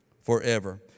forever